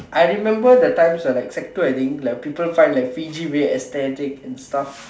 I remember the times when like sec two I think like people find like Fiji way aesthetic and stuff